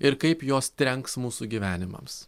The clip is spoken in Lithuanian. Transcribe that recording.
ir kaip jos trenks mūsų gyvenimams